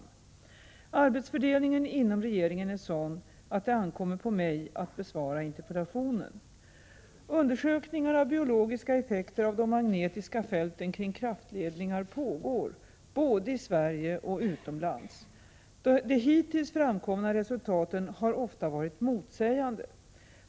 Arbetsfördelningen inom regeringen är sådan att det ankom = Prot. 1986/87:119 mer på mig att besvara interpellationen. 8 maj 1987 Undersökningar av biologiska effekter av de magnetiska fälten kring kraftledningar pågår både i Sverige och utomlands. De hittills framkomna resultaten har ofta varit motsägande.